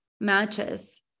matches